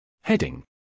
Heading